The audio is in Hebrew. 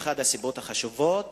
הן אחת הסיבות החשובות